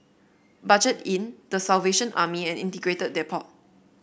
Budget Inn The Salvation Army and Integrated Depot